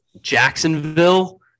Jacksonville